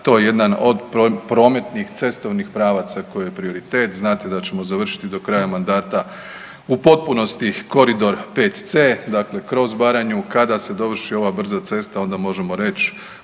to je jedan od prometnih cestovnih pravaca koji je prioritet, znate da ćemo završit do kraja mandata u potpunosti koridor VC kroz Baranju. Kada se dovrši ova brza cesta onda možemo reć